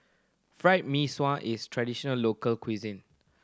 Fried Mee Sua is traditional local cuisine